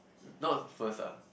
not first ah